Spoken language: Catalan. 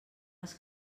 als